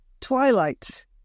Twilight